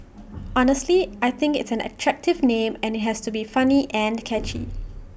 honestly I think it's an attractive name and IT has to be funny and catchy